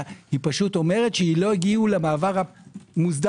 אבל לא אומרת שאנחנו מגיעים למעבר המוסדר.